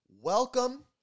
Welcome